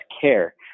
care